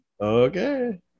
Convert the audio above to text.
okay